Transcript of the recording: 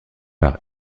par